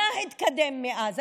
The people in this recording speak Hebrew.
מה התקדם מאז?